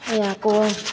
यहाँको